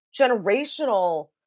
generational